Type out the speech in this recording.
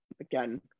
again